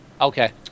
Okay